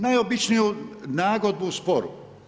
Najobičniju nagodbu u sporu.